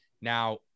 Now